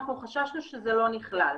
אנחנו חששנו שזה לא נכלל.